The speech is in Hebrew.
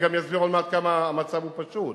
אני גם אסביר עוד מעט כמה המצב הוא פשוט.